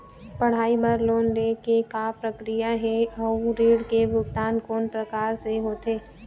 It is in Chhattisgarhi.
पढ़ई बर लोन ले के का प्रक्रिया हे, अउ ऋण के भुगतान कोन प्रकार से होथे?